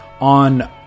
on